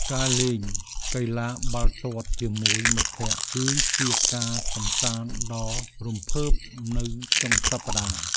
ការលេងកីឡាបាល់ទាត់ជាមួយមិត្តភក្តិ គឺជាការកម្សាន្តដ៏រំភើបនៅចុងសប្តាហ៍។